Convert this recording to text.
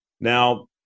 Now